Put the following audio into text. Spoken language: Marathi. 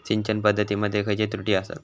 सिंचन पद्धती मध्ये खयचे त्रुटी आसत?